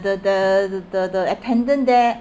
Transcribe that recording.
the the the the attendant there